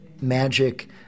magic